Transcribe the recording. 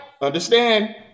Understand